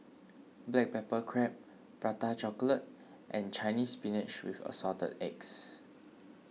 Black Pepper Crab Prata Chocolate and Chinese Spinach with Assorted Eggs